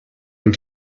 and